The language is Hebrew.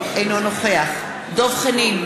אינו נוכח דב חנין,